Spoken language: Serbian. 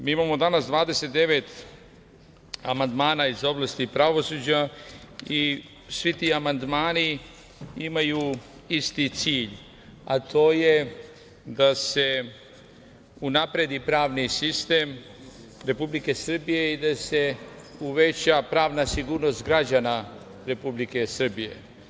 Mi imamo danas 29 amandmana iz oblasti pravosuđa i svi ti amandmani imaju isti cilj, a to je da se unapredi pravni sistem Republike Srbije i da se uveća pravna sigurnost građana Republike Srbije.